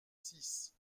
six